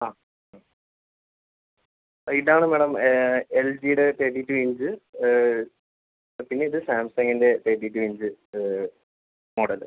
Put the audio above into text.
ആ ഇതാണ് മാഡം എൽ ജിയുടെ തെർട്ടി ടു ഇഞ്ച് പിന്നെ ഇത് സാംസങ്ങിൻ്റെ തെർട്ടി ടു ഇഞ്ച് മോഡൽ